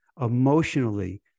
emotionally